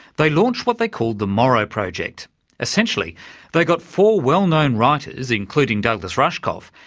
they launched what they called the morrow project essentially they got four well-known writers, including douglas rushkoff,